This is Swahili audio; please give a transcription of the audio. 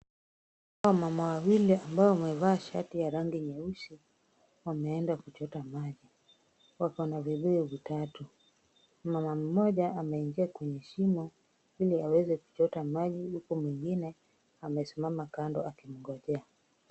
Wamama wawili ambao wamevaa shati ya rangi nyeusi wameenda kuchota maji. Wako na vibuyu vitatu. Mumama mmoja ameingia kwenye shimo ili aweze kuchota maji, huku mwingine amesimama kando akimngonjea.